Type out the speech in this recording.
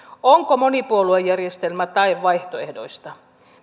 onko monipuoluejärjestelmä tae vaihtoehdoista